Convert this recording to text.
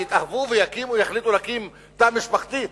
ויתאהבו ויחליטו להקים תא משפחתי,